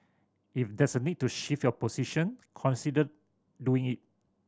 if there's a need to shift your position consider doing it